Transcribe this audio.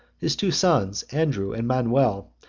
his two sons, andrew and manuel,